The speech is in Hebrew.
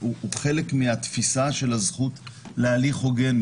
הוא גם מהווה חלק מהתפיסה של הזכות להליך הוגן.